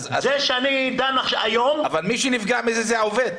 אבל מי שנפגע מזה זה העובד.